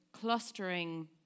clustering